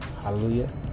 Hallelujah